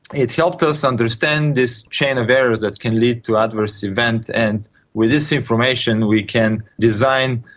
it helped us understand this chain of errors that can lead to adverse events, and with this information we can design